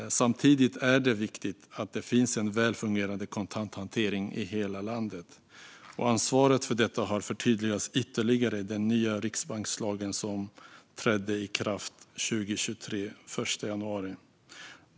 Samtidigt är det viktigt att det finns en välfungerande kontanthantering i hela landet. Ansvaret för detta har förtydligats ytterligare i den nya riksbankslagen, som trädde i kraft den 1 januari 2023.